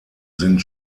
sind